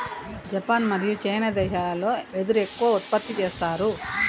Japan మరియు China దేశాలల్లో వెదురు ఎక్కువ ఉత్పత్తి చేస్తారు